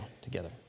together